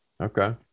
Okay